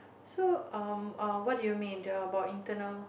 so um uh what do you mean the about internal